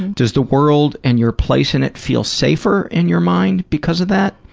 does the world and your place in it feel safer, in your mind, because of that?